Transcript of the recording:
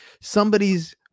somebody's